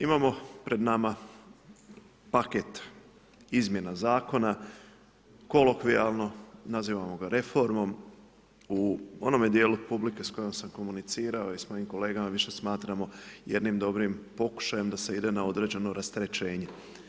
Imamo pred nama paket izmjena zakona, kolokvijalno nazivamo ga reformom u onome dijelu publike s kojom sam komunicirao i s mojim kolegama više smatramo jednim dobrim pokušajem da se ide na određeno rasterećenje.